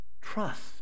Trust